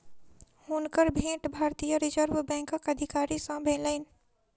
हुनकर भेंट भारतीय रिज़र्व बैंकक अधिकारी सॅ भेलैन